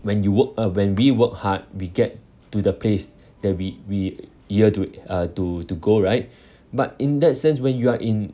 when you work uh when we work hard we get to the place that we we yearn to uh to to go right but in that sense when you are in